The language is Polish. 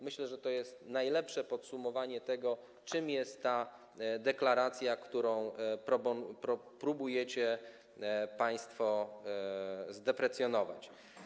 Myślę, że to jest najlepsze podsumowanie tego, czym jest ta deklaracja, którą próbujecie państwo zdeprecjonować.